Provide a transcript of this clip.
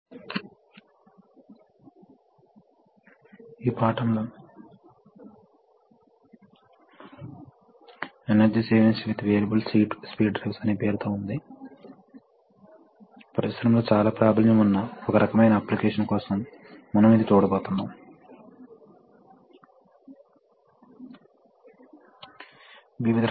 కీవర్డ్లు compressor hydraulics pneumatics control system flow and direction control valve pressure inlet port industrial automation control యొక్క 29 వ పాఠానికి స్వాగతం